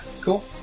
cool